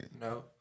No